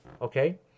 Okay